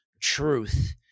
truth